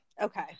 Okay